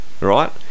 right